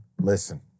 Listen